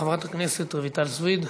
חברת הכנסת רויטל סויד.